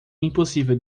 impossível